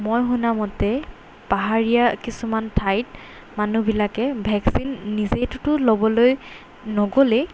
মই শুনামতে পাহাৰীয়া কিছুমান ঠাইত মানুহবিলাকে ভেকচিন নিজেইতোটো ল'বলৈ নগ'লেই